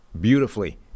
beautifully